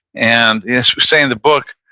and yeah say in the book,